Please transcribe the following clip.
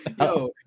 Yo